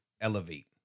elevate